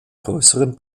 größeren